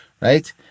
right